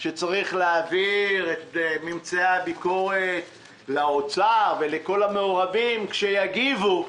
- שצריך להעביר את ממצאי הביקורת לאוצר ולכל המעורבים כשיגיבו.